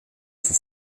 for